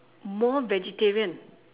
more vegetarian